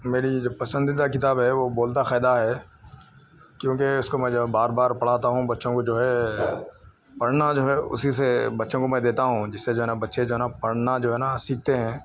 میری جو پسندیدہ کتاب ہے وہ بولتا قائدہ ہے کیونکہ اس کو میں جو ہے بار بار پڑھاتا ہوں بچوں کو جو ہے پڑھنا جو ہے اسی سے بچوں کو میں دیتا ہوں جس سے جو ہیں نا بچے جو ہے نا پڑھنا جو ہے نا سیکھتے ہیں